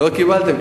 לא קיבלתם?